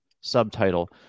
subtitle